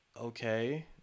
okay